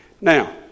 Now